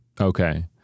Okay